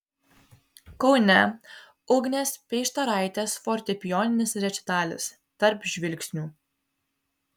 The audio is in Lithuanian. kaune ugnės peištaraitės fortepijoninis rečitalis tarp žvilgsnių